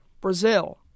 Brazil